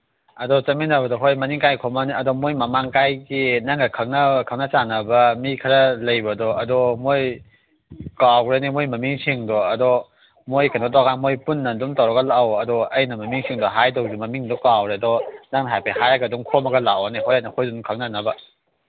ꯑꯗꯣ ꯆꯠꯃꯤꯟꯅꯕꯗ ꯍꯣꯏ ꯃꯅꯤꯡꯀꯥꯏ ꯈꯣꯝꯃꯛꯑꯅꯤ ꯑꯗꯣ ꯃꯣꯏ ꯃꯃꯥꯡꯀꯥꯏꯒꯤ ꯅꯪꯅ ꯈꯪꯅ ꯆꯥꯟꯅꯕ ꯃꯤ ꯈꯔ ꯂꯩꯕꯗꯣ ꯑꯗꯣ ꯃꯣꯏ ꯀꯥꯎꯒꯈ꯭ꯔꯦꯅꯦ ꯃꯣꯏ ꯃꯃꯤꯡꯁꯤꯡꯗꯣ ꯃꯣꯏ ꯀꯩꯅꯣ ꯇꯧꯔꯀꯥꯟꯗ ꯃꯣꯏ ꯄꯨꯟꯅ ꯑꯗꯨꯝ ꯇꯧꯔꯒ ꯂꯥꯛꯑꯣ ꯑꯗꯣ ꯑꯩꯅ ꯃꯃꯤꯡꯁꯤꯡꯗꯣ ꯍꯥꯏꯗꯧꯁꯨ ꯃꯃꯤꯡꯗꯣ ꯀꯥꯎꯈ꯭ꯔꯦ ꯑꯗꯣ ꯅꯪꯅ ꯍꯥꯏꯐꯦꯠ ꯍꯥꯏꯔꯒ ꯑꯗꯨꯝ ꯈꯣꯝꯃꯒ ꯂꯥꯛꯑꯣꯅꯦ ꯑꯩꯈꯣꯏꯁꯨ ꯑꯗꯨꯝ ꯈꯪꯅꯅꯕ